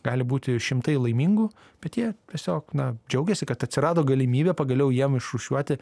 gali būti šimtai laimingų bet jie tiesiog na džiaugiasi kad atsirado galimybė pagaliau jiem išrūšiuoti